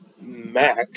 MAC